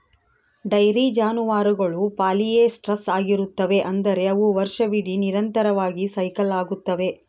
dairy ಜಾನುವಾರುಗಳು polyestrous ಆಗಿರುತ್ತವೆ, ಅಂದರೆ ಅವು ವರ್ಷವಿಡೀ ನಿರಂತರವಾಗಿ ಸೈಕಲ್ ಆಗುತ್ತವೆ